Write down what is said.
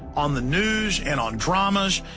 on the news, and on dramas,